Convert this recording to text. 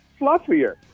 fluffier